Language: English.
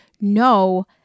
no